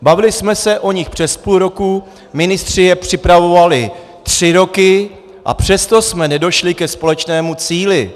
Bavili jsme se o nich přes půl roku, ministři je připravovali tři roky, a přesto jsme nedošli ke společnému cíli.